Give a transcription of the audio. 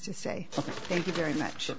to say thank you very much